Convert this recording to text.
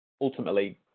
ultimately